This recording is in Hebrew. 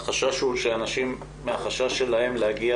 החשש הוא שהנשים בשל החשש שלהן להגיע